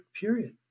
period